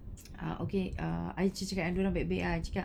uh okay err I cakap dia orang baik-baik ah I cakap